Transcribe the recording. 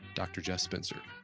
dr. jeff spencer